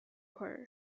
her